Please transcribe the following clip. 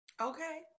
Okay